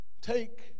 take